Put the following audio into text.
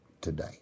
today